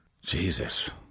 Jesus